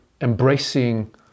embracing